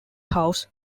house